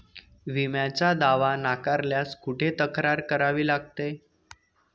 विम्याचा दावा नाकारल्यास कुठे तक्रार करावी लागते?